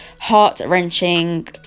heart-wrenching